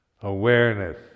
awareness